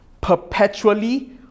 perpetually